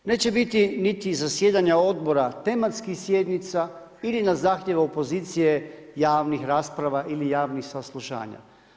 Neće biti niti zasjedanja odbora, tematskih sjednica ili na zahtjev opozicije javnih rasprava ili jasnih saslušanja.